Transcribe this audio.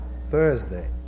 Thursday